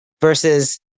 versus